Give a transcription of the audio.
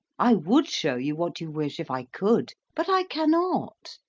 i would show you what you wish if i could but i cannot.